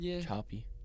choppy